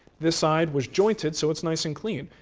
this side was jointed so it's nice and clean.